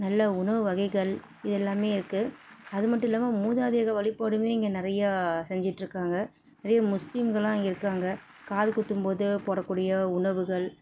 நல்ல உணவு வகைகள் இது எல்லாமே இருக்குது அது மட்டும் இல்லாமல் மூதாதையர்கள் வழிபாடுமே இங்கே நிறையா செஞ்சுட்ருக்காங்க நிறையா முஸ்லீம்ங்களெலாம் இங்கே இருக்காங்க காது குத்தும்போது போடக்கூடிய உணவுகள்